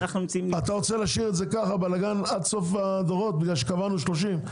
אתה רוצה להשאיר את זה ככה בלאגן עד סוף הדורות בגלל שקבענו 30?